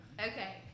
Okay